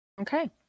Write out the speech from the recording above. Okay